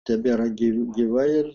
tebėra gy gyvai ir